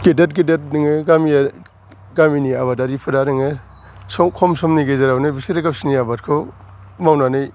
गेदेद गेदेद नोङो गामियारि गामिनि आबादारिफ्रा नोङो सब खमसमनि गेजेरावनो बिसोरो गावसोरनि आबादखौ मावनानै